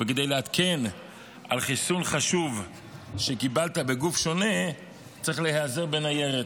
וכדי לעדכן על חיסון חשוב שקיבלת בגוף שונה צריך להיעזר בניירת.